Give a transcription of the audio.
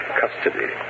custody